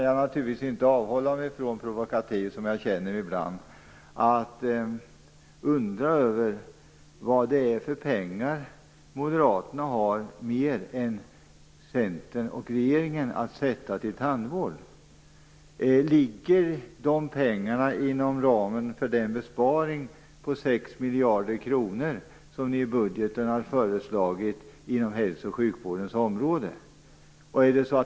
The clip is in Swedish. Jag kan ändå inte avhålla mig från att vara litet provokativ och undra över vilka ytterligare pengar Moderaterna har - utöver vad Centern och regeringen har - att avsätta till tandvård. Ligger de pengarna inom ramen för den besparing på 6 miljarder kronor på hälso och sjukvårdens område som ni har föreslagit i budgeten?